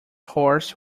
horse